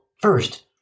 First